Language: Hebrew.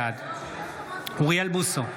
בעד אוריאל בוסו,